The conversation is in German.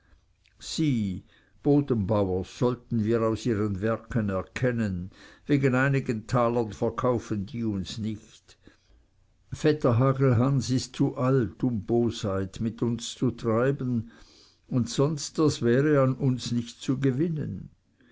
sieh bodenbauers sollten wir aus ihren werken erkennen wegen einigen talern verkaufen die uns nicht und vetter hagelhans ist zu alt um bosheit mit uns zu treiben sonst was wäre an uns nichts zu gewinnen